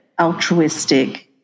altruistic